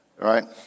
right